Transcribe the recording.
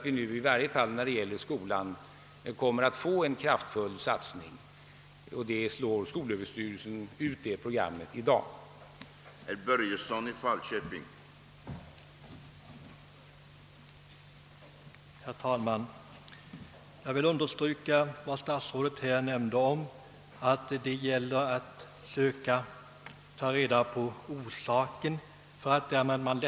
I varje fall kommer vi nu att göra en kraftfull: satsning i skolan. Skolöverstyrelsen slår just i dag ut det programmet.